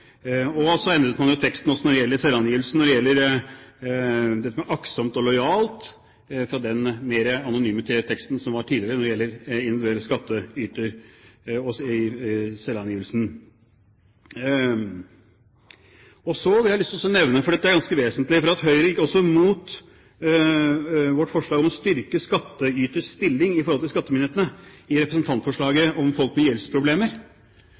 Så endret man teksten i selvangivelsen til «aktsomt og lojalt» fra den mer anonyme teksten som var tidligere når det gjelder individuelle skattytere. Så har jeg lyst til å nevne – for dette er ganske vesentlig – at Høyre gikk imot vårt forslag om å styrke skattyters stilling i forhold til skattemyndighetene i representantforslaget om folk med gjeldsproblemer,